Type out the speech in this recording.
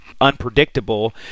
unpredictable